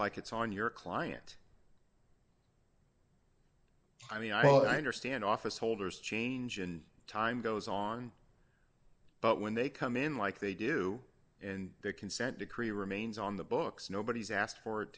like it's on your client i mean i really understand officeholders change and time goes on but when they come in like they do in their consent decree remains on the books nobody's asked for it